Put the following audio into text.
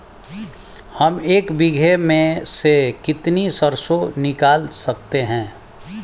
हम एक बीघे में से कितनी सरसों निकाल सकते हैं?